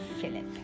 Philip